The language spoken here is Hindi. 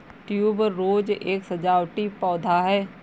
ट्यूबरोज एक सजावटी पौधा है